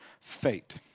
fate